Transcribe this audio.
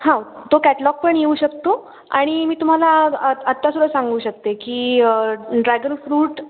हा तो कॅटलॉग पण येऊ शकतो आणि मी तुम्हाला आत्ता सुद्धा सांगू शकते की ड्रॅगन फ्रूट